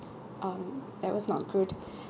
um that was not good